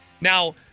Now